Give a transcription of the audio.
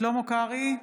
שלמה קרעי,